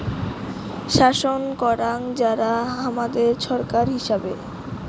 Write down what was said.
শাসন করাং যারা হামাদের ছরকার হিচাবে